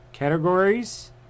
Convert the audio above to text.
Categories